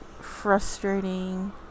frustrating